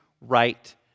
right